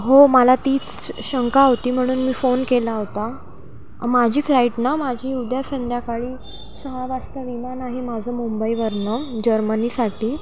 हो मला तीच शंका होती म्हणून मी फोन केला होता माझी फ्लाईट नं माझी उद्या संध्याकाळी सहा वाजता विमान आहे माझं मुंबईवरनं जर्मनीसाठी